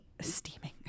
steaming